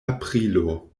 aprilo